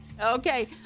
Okay